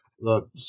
look